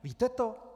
Víte to?